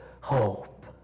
hope